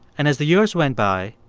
and as the years went by,